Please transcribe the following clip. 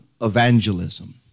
evangelism